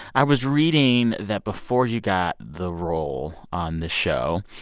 i was reading that before you got the role on this show.